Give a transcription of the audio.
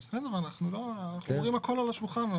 בסדר, אנחנו אומרים הכול על השולחן.